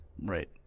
right